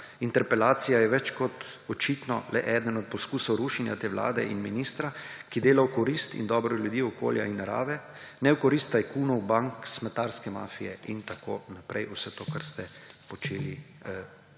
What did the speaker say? interpelacija je več kot očitno le eden od poskusov rušenja te vlade in ministra, ki dela v korist in dobro ljudi, okolja in narave, ne v korist tajkunov, bank, smetarske mafije in tako naprej, vse to, kar ste počeli vi